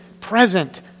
present